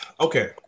Okay